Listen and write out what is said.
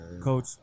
Coach